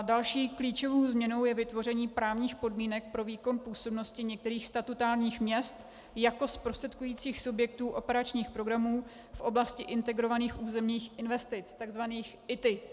Další klíčovou změnou je vytvoření právních podmínek pro výkon působnosti některých statutárních měst jako zprostředkujících subjektů operačních programů v oblasti integrovaných územních investic, takzvaných ITI.